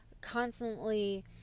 constantly